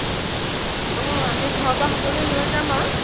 অঁ আমি ঘৰৰ পৰা সকলো লৈ যাম আৰু